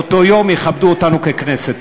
באותו יום יכבדו אותנו ככנסת.